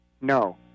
No